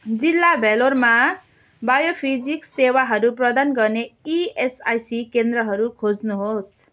जिल्ला भेल्लोरमा बायोफिजिक्स सेवाहरू प्रदान गर्ने इएसआइसी केन्द्रहरू खोज्नुहोस्